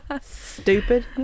Stupid